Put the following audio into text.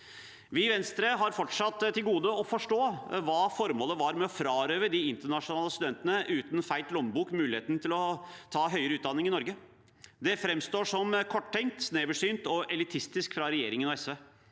i Venstre har fortsatt til gode å forstå hva som var formålet med å frarøve de internasjonale studentene uten feit lommebok muligheten til å ta høyere utdanning i Norge. Det framstår som korttenkt, sneversynt og elitistisk fra regjeringen og SV.